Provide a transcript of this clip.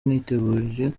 niteguye